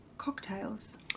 cocktails